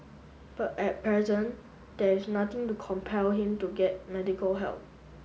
but at present there is nothing to compel him to get medical help